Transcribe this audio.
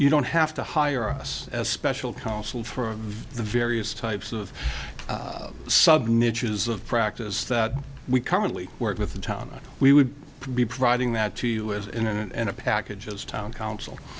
you don't have to hire us as special counsel for the various types of subnet use of practice that we currently work with the town we would be providing that to you is in and of packages town council